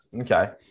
Okay